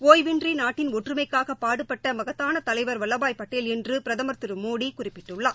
டிய்வின்றி நாட்டின் ஒற்றுமைக்காக பாடுபட்ட மகத்தான தலைவர் வல்வபாய் பட்டேல் என்று பிரதமர் திரு மோடி குறிப்பிட்டுள்ளார்